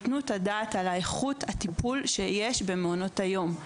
יתנו את הדעת על איכות הטיפו שיש במעונות היום.